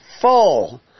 full